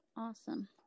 Awesome